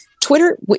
Twitter